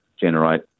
generate